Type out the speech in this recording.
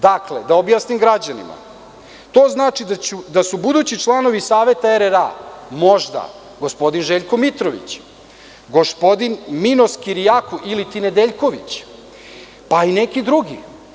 Dakle, da objasnim građanima, to znači da su budući članovi saveta RRA možda gospodin Željko Mitrović, gospodin Minos Kirijaku ili ti Nedeljković, pa i neki drugi.